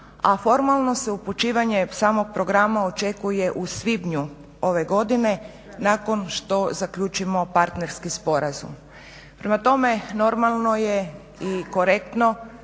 a formalno se upućivanje samog programa očekuje u svibnju ove godine nakon što zaključimo partnerski sporazum. Prema tome normalno je i korektno